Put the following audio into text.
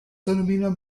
denominen